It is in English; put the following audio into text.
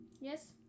Yes